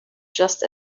just